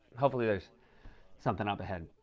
hopefully, there's somethin' up ahead.